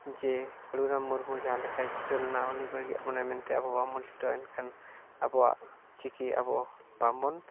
ᱡᱮ ᱠᱟᱹᱞᱤᱨᱟᱢ ᱢᱩᱨᱢᱩ ᱡᱟᱦᱟᱸ ᱞᱮᱠᱟᱭ ᱪᱷᱩᱴᱟᱹᱣ ᱞᱮᱱᱟ ᱩᱱᱤ ᱵᱟᱹᱜᱤᱭᱟᱜ ᱵᱚᱱᱟᱭ ᱢᱮᱱᱛᱮ ᱟᱵᱚ ᱵᱟᱝ ᱵᱚᱱ ᱪᱷᱩᱴᱟᱹᱜᱼᱟ ᱮᱱᱠᱷᱟᱱ ᱟᱵᱚᱣᱟᱜ ᱪᱤᱠᱤ ᱟᱵᱚ ᱵᱟᱝᱵᱚᱱ